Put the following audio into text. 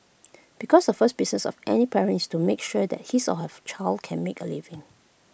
because the first business of any parents to make sure that his or her child can make A living